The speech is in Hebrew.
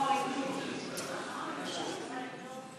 אוי, נו.